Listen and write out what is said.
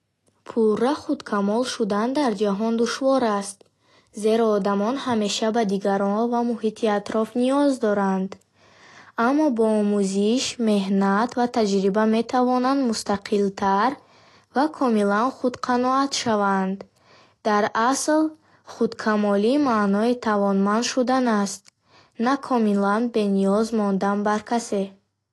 Пурра худкамол шудан дар ҷаҳон душвор аст, зеро одамон ҳамеша ба дигарон ва муҳити атроф ниёз доранд. Аммо бо омӯзиш, меҳнат ва таҷриба метавонанд мустақилтар ва комилан худқаноат шаванд. Дар асл, худкамолӣ маънои тавонманд шудан аст, на комилан бе ниёз мондан ба касе.